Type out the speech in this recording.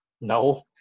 No